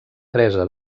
presa